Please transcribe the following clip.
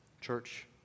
Church